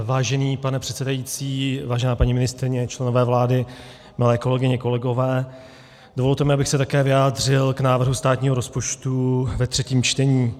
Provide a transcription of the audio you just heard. Vážený pane předsedající, vážená paní ministryně, členové vlády, milé kolegyně, kolegové, dovolte mi, abych se také vyjádřil k návrhu státního rozpočtu ve třetím čtení.